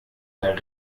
der